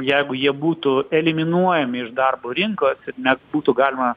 jeigu jie būtų eliminuojami iš darbo rinkos ir net būtų galima